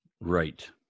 Right